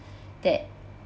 that